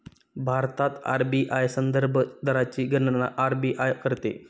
भारतात आर.बी.आय संदर्भ दरची गणना आर.बी.आय करते